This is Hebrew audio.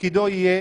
שתפקידו יהיה: